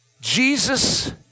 Jesus